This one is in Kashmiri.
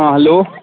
ہاں ہیٚلو